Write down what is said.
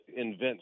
invent